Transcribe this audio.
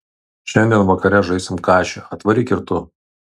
šiandien vakare žaisim kašį atvaryk ir tu